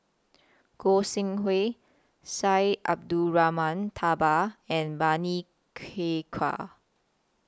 Goi Seng Hui Syed Abdulrahman Taha and Bani Haykal